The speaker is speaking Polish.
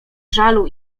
żalu